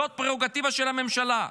זאת הפררוגטיבה של הממשלה.